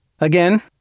Again